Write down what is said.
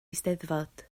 eisteddfod